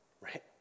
right